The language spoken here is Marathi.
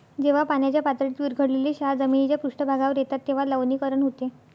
जेव्हा पाण्याच्या पातळीत विरघळलेले क्षार जमिनीच्या पृष्ठभागावर येतात तेव्हा लवणीकरण होते